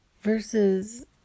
versus